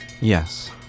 Yes